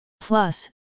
Plus